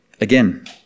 Again